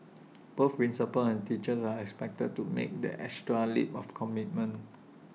both principals and teachers are expected to make that extra leap of commitment